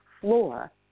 floor